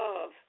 love